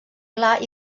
clar